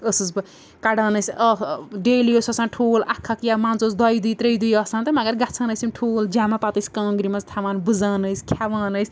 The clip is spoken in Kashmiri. ٲسٕس بہٕ کَڑان ٲسۍ آ ڈیلی اوس آسان ٹھوٗل اکھ اکھ یا منٛزٕ اوس دۄیہِ دُہۍ تریٚیہِ دُہۍ آسان تہٕ مگر گژھان ٲسۍ یِم ٹھوٗل جمع پَتہٕ ٲسۍ کانٛگرِ منٛز تھاوان بٕزان ٲسۍ کھیٚوان ٲسۍ